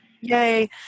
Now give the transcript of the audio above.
Yay